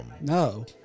No